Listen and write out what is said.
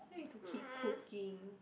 then need to keep cooking